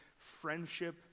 friendship